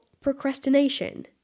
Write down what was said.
procrastination